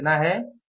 तो यह कितना है